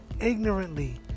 ignorantly